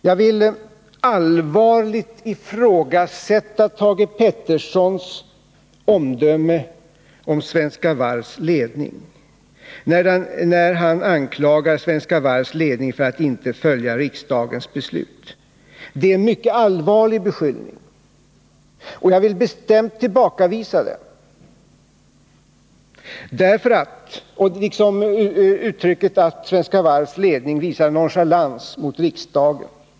Jag vill allvarligt ifrågasätta Thage Petersons omdöme om Svenska Varvs ledning när han anklagar den för att inte följa riksdagens beslut. Det är en mycket allvarlig beskyllning, som jag bestämt vill tillbakavisa, liksom uttrycket att Svenska Varvs ledning visar nonchalans mot riksdagen.